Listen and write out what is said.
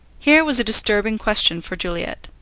here was a disturbing question for juliet.